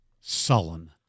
sullen